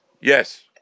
Yes